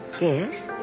Yes